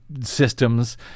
systems